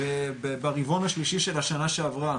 ברבעון השלישי של השנה שעברה